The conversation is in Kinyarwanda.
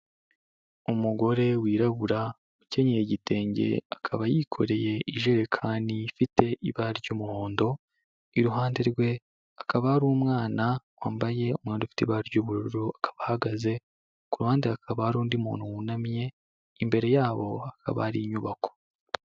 Umugore wirabura ukenyeye igitenge akaba yikoreye ijerekani ifite ibara ry'umuhondo, iruhande rwe akaba ari umwana wambaye umwenda ufitera ry'ubururu, akaba ahagaze kuhande hakaba hari undi muntu wunamye, imbere yabo hakaba hari inyubako.